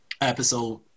episode